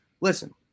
listen